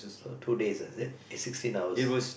so two days ah is it it's sixteen hours